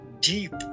deep